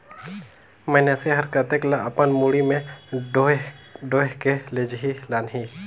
मइनसे हर कतेक ल अपन मुड़ी में डोएह डोएह के लेजही लानही